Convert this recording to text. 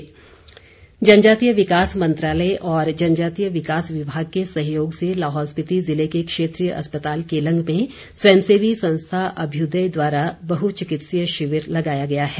चिकित्सा शिविर जनजातीय विकास मंत्रालय और जनजातीय विकास विभाग के सहयोग से लाहौल स्पिति जिले के क्षेत्रीय अस्पताल केलंग में स्वयंसेवी संस्था अभयुदय द्वारा बहु चिकित्सीय शिविर लगाया गया है